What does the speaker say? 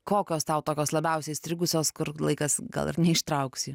kokios tau tokios labiausiai įstrigusios kur laikas gal ir neištrauksi